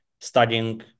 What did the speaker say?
studying